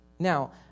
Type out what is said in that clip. Now